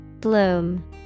Bloom